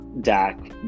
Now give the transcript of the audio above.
Dak